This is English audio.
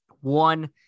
one